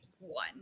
one